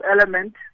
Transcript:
element